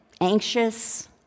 anxious